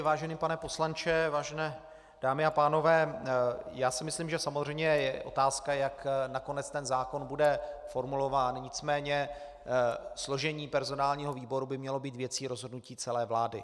Vážený pane poslanče, vážené dámy a pánové, já si myslím, že samozřejmě je otázka, jak nakonec ten zákon bude formulován, nicméně složení personálního výboru by mělo být věcí rozhodnutí celé vlády.